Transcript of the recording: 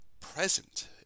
present